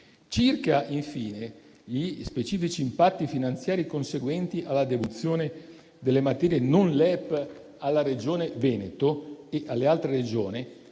Circa infine gli specifici impatti finanziari conseguenti alla deduzione delle materie non LEP alla Regione Veneto e alle altre Regioni,